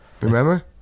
Remember